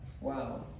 Wow